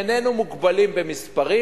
איננו מוגבלים במספרים,